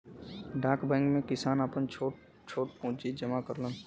डाक बैंक में किसान आपन छोट छोट पूंजी जमा करलन